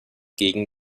gegen